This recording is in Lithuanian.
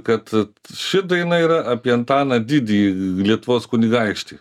kad ši daina yra apie antaną didįjį lietuvos kunigaikštį